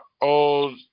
old